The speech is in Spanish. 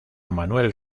manuel